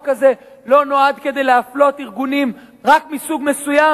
הזה לא נועד כדי להפלות ארגונים רק מסוג מסוים?